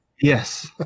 Yes